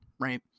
right